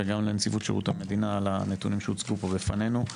וגם לנציבות שירות המדינה על הנתונים שהוצגו פה בפנינו.